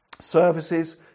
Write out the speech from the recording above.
Services